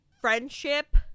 friendship